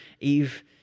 Eve